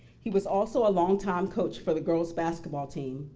he was also a longtime coach for the girls basketball team.